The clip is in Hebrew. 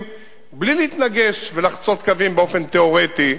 בלי להתנגש ולחצות קווים באופן תיאורטי,